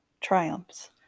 triumphs